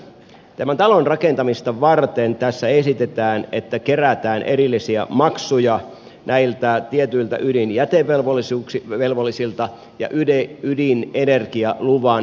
tämän talon rakentamista varten tässä esitetään että kerätään erillisiä maksuja tietyiltä ydinjätevelvollisilta ja ydinenergialuvan haltijoilta